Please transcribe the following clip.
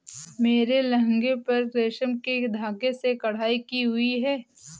मेरे लहंगे पर रेशम के धागे से कढ़ाई की हुई है